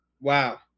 Wow